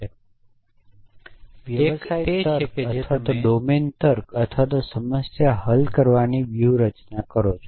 1 તે છે જેને તમે વ્યવસાય તર્ક અથવા ડોમેન તર્ક અથવા સમસ્યા હલ કરવાની વ્યૂહરચના કહો છો